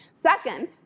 Second